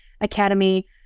academy